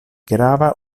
grava